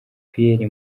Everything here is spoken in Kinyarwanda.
pierre